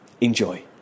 Enjoy